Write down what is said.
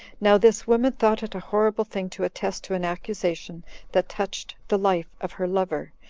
now this woman thought it a horrible thing to attest to an accusation that touched the life of her lover,